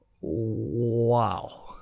Wow